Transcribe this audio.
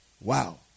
Wow